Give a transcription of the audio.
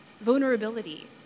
vulnerability